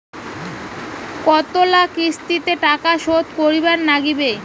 কতোলা কিস্তিতে টাকা শোধ করিবার নাগীবে?